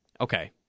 okay